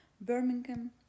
Birmingham